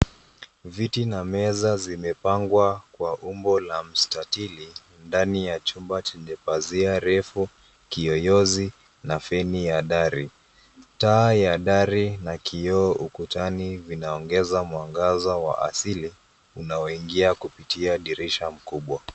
Viti na meza zimepangwa kwa umbo la mstatili ndani ya chumba chenye pazia refu, kiyoyozi na feni ya dari. Taa ya dari na kioo vinaongeza mwangaza wa asili unao ingia kupitia dirisha mkubwa.